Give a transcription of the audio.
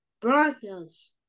Broncos